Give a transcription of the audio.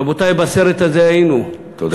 רבותי, בסרט הזה היינו, תודה, אדוני.